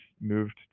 moved